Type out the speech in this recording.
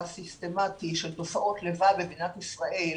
והסיסטמתי של תופעות לוואי במדינת ישראל